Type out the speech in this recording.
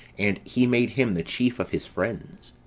and he made him the chief of his friends.